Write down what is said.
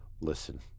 listen